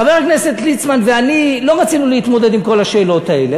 שחבר הכנסת ליצמן ואני לא רצינו להתמודד עם כל השאלות האלה.